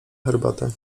herbatę